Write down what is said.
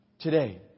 Today